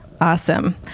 awesome